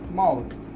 mouse